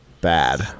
bad